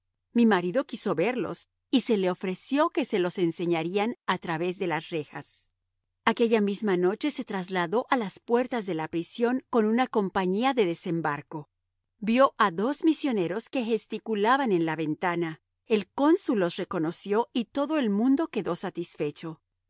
mi marido quiso verlos y se le ofreció que se los enseñarían a través de las rejas aquella misma noche se trasladó a las puertas de la prisión con una compañía de desembarco vio a dos misioneros que gesticulaban en la ventana el cónsul los reconoció y todo el mundo quedó satisfecho